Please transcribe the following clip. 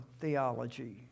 theology